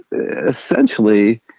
essentially